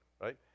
right